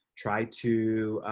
try to